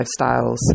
lifestyles